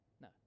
No